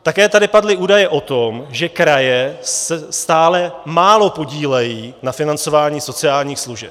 Také tady padly údaje o tom, že kraje se stále málo podílejí na financování sociálních služeb.